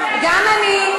גם אני,